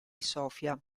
sofia